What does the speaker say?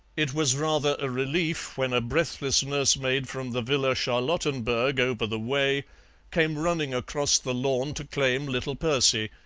it was rather a relief when a breathless nursemaid from the villa charlottenburg over the way came running across the lawn to claim little percy,